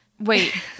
Wait